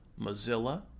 Mozilla